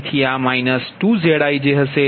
તેથી આ માઈનસ 2Zijહશે